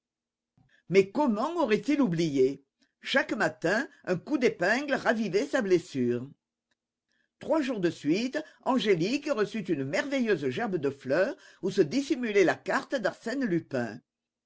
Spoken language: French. mais comment aurait-il oublié chaque matin un coup d'épingle ravivait sa blessure trois jours de suite angélique reçut une merveilleuse gerbe de fleurs où se dissimulait la carte d'arsène lupin